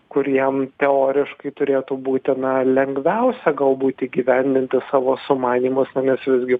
kur jam teoriškai turėtų būti na lengviausia galbūt įgyvendinti savo sumanymus na nes visgi